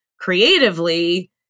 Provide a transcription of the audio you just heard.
creatively